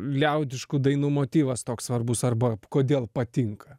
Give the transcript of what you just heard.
liaudiškų dainų motyvas toks svarbus arba kodėl patinka